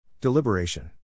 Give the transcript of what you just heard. Deliberation